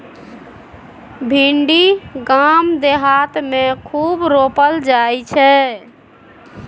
भिंडी गाम देहात मे खूब रोपल जाई छै